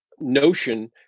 notion